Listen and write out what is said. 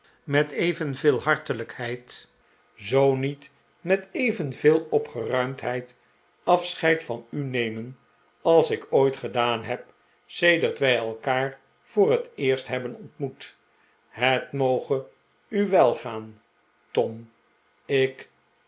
met evenveel hartelijkheid zoo niet met evenveel opgeruimdheid afscheid van u nemen als ik ooit gedaan heb sedert wij elkaar voor het eerst hebben ontmoet het moge u welgaan tom ik